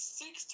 six